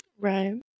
Right